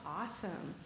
awesome